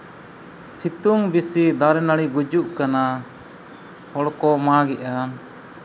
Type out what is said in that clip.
ᱥᱤᱛᱩᱝ ᱵᱮᱥᱤ ᱫᱟᱨᱮᱼᱱᱟᱹᱲᱤ ᱜᱩᱡᱩᱜ ᱠᱟᱱᱟ ᱦᱚᱲᱠᱚ ᱢᱟᱜᱮᱫᱼᱟ